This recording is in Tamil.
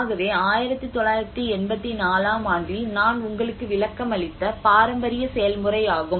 ஆகவே 1984 ஆம் ஆண்டில் நான் உங்களுக்கு விளக்கமளித்த பாரம்பரிய செயல்முறை ஆகும்